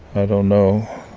i don't know.